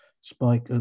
Spike